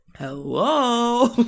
Hello